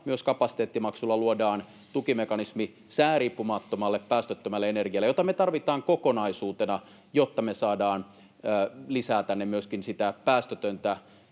ja kapasiteettimaksulla myös luodaan tukimekanismi sääriippumattomalle, päästöttömälle energialle, jota me tarvitaan kokonaisuutena, jotta me saadaan lisää tänne myöskin sitä päästötöntä